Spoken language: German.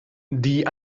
die